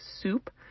soup